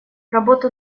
работу